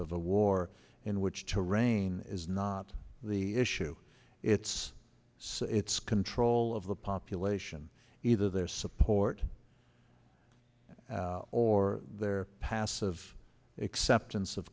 of the war in which terrain is not the issue it's see it's control of the population either their support or their passive acceptance of